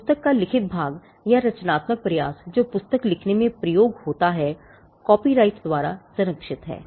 पुस्तक का लिखित भाग या रचनात्मक प्रयास जो पुस्तक लिखने में प्रयोग होता है कॉपीराइट द्वारा संरक्षित है